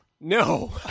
No